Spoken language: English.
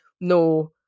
no